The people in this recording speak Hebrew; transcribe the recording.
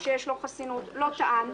שיש לו חסינות, לא טען,